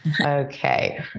Okay